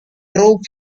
drove